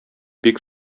бик